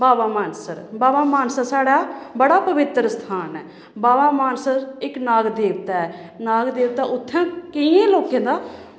बाबा मानसर बाबा मानसर साढ़ा बड़ा पवित्तर स्थान ऐ बाबा मानसर इक नाग देवता ऐ नाग देवता उत्थें केइयें लोकें दा